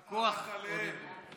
כל מערכת האבטחה רק עליהם.